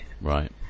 Right